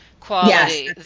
quality